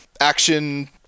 action